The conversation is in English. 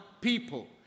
people